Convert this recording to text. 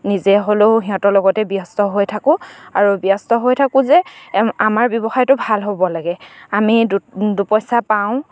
নিজে হ'লেও সিহঁতৰ লগতে ব্যস্ত হৈ থাকোঁ আৰু ব্যস্ত হৈ থাকোঁ যে আমাৰ ব্যৱসায়টো ভাল হ'ব লাগে আমি দুপইচা পাওঁ